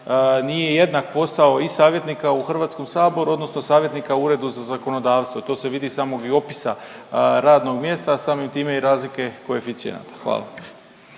nije jednak posao i savjetnika u Hrvatskom saboru, odnosno savjetnika u Uredu za zakonodavstvo. To se vidi iz samog i opisa radnog mjesta, a samim time i razlike koeficijenata. Hvala.